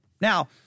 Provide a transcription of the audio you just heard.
Now